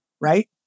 right